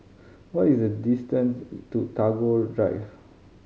what is the distance to Tagore Drive